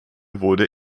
wurde